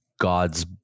God's